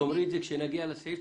כאשר נגיע לסעיף,